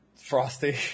Frosty